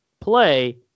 play